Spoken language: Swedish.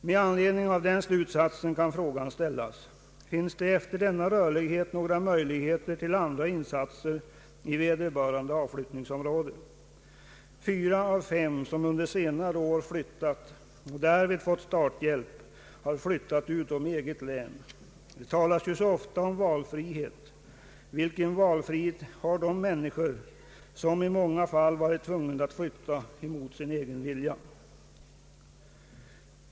Med anledning av den slutsatsen kan frågan ställas: Finns det efter denna rörlighet några möjligheter till andra insatser i vederbörande avflyttningsområde? Fyra av fem som under senare år flyttat och därvid fått starthjälp har flyttat utom eget län. Det talas ju så ofta om valfrihet. Vilken valfrihet har de människor som i många fall varit tvungna att flytta mot sin egen vilja?